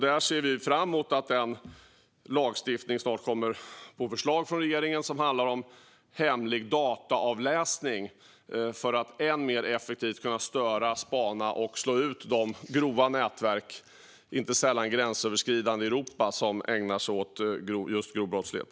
Vi ser fram emot att det snart på förslag från regeringen kommer lagstiftning som handlar om hemlig dataavläsning för att än mer effektivt kunna störa, spana på och slå ut de grova, inte sällan gränsöverskridande, nätverk i Europa som ägnar sig åt grov brottslighet.